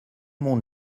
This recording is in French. monde